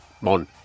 Mon